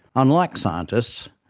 unlike scientists,